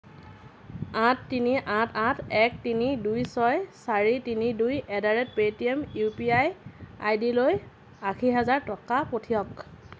আঠ তিনি আঠ আঠ এক তিনি দুই ছয় চাৰি তিনি দুই at the rate Paytm U P I আইডিলৈ আশী হাজাৰ টকা পঠিয়াওক